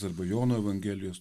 arba jono evangelijos